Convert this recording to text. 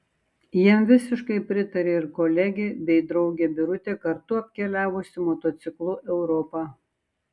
jam visiškai pritarė ir kolegė bei draugė birutė kartu apkeliavusi motociklu europą